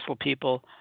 people